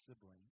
sibling